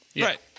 Right